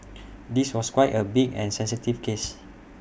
this was quite A big and sensitive case